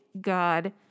God